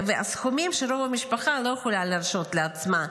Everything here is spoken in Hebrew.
סכומים שרוב המשפחות לא יכולות להרשות לעצמן.